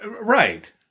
Right